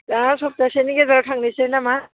दा सबथाहसेनि गेजेराव थांनोसै नामा